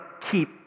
keep